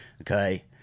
Okay